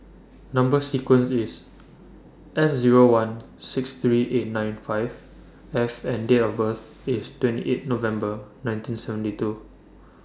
Number sequence IS S Zero one six three eight nine five F and Date of birth IS twenty eight November nineteen seventy two